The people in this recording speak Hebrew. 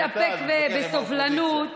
אם לא תתאפק, ובסובלנות,